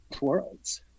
worlds